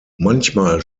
manchmal